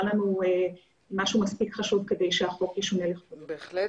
לנו משהו מספיק חשוב כדי שהחוק ישונה לכבודו.